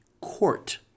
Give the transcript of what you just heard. court